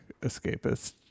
escapist